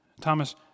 Thomas